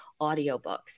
audiobooks